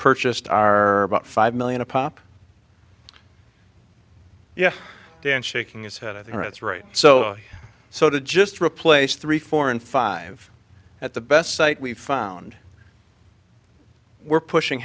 purchased are about five million a pop yeah dan shaking his head i think that's right so so to just replace three four and five at the best site we found we're pushing